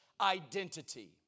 identity